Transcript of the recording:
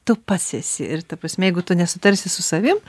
tu pats esi ir ta prasme jeigu tu nesutarsi su savim